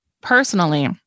personally